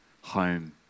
home